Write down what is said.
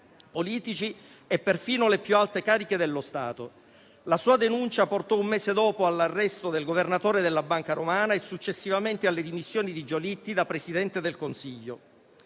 politici e perfino le più alte cariche dello Stato. La sua denuncia portò, un mese dopo, all'arresto del governatore della Banca Romana e successivamente alle dimissioni di Giolitti da presidente del Consiglio.